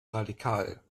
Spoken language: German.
radikal